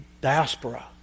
diaspora